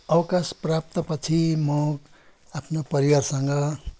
अवकाश प्राप्तपछि म आफ्नो परिवारसँग